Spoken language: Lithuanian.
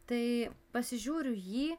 tai pasižiūriu jį